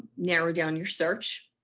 narrow down your search.